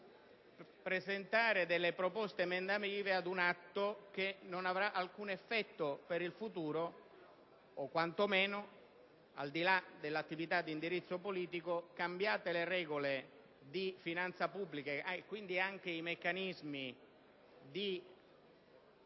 elegante presentare proposte emendative ad un atto che non avrà alcun effetto per il futuro o quantomeno, al di là dell'attività di indirizzo politico, cambiate le regole di finanza pubblica e quindi anche i meccanismi...